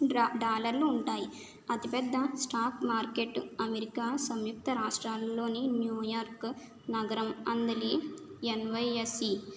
draw డాలర్లు ఉంటాయి అతి పెద్ద స్టాక్ మార్కెట్ అమెరికా సంయుక్త రాష్ట్రాలలోని న్యూయార్క్ నగరం అందలి ఎన్ వైఎస్ఈ